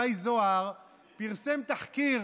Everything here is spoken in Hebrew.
גיא זוהר פרסם תחקיר.